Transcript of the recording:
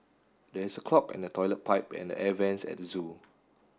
there is a clog in the toilet pipe and the air vents at the zoo